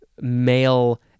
male